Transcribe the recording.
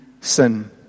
sin